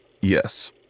Yes